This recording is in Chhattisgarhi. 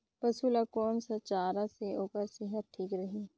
पशु ला कोन स चारा से ओकर सेहत ठीक रही?